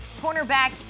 cornerback